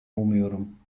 umuyorum